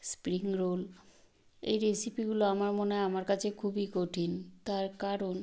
spring roll এই রেসিপিগুলো আমার মনে আমার কাছে খুবই কঠিন তার কারণ